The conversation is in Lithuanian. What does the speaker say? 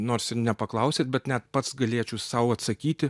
nors nepaklausėt bet net pats galėčiau sau atsakyti